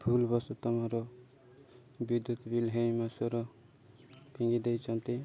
ଭୁଲ ବଶତଃ ମୋର ବିଦ୍ୟୁତ୍ ବିଲ୍ ଏହି ମାସର ପିଙ୍ଗି ଦେଇଛନ୍ତି